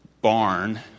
barn